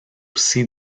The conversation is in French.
aussi